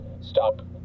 stop